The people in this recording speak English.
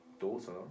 Daughter